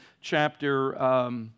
chapter